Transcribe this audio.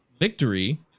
victory